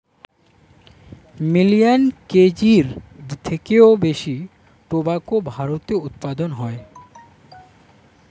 million কেজির থেকেও বেশি টোবাকো ভারতে উৎপাদন হয়